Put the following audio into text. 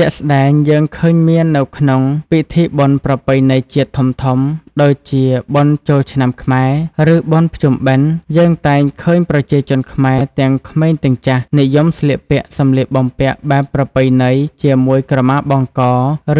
ជាក់ស្តែងយើងឃើញមាននៅក្នុងពិធីបុណ្យប្រពៃណីជាតិធំៗ ដូចជាបុណ្យចូលឆ្នាំខ្មែរ ឬបុណ្យភ្ជុំបិណ្ឌ យើងតែងឃើញប្រជាជនខ្មែរទាំងក្មេងទាំងចាស់ និយមស្លៀកពាក់សម្លៀកបំពាក់បែបប្រពៃណីជាមួយក្រមាបង់ក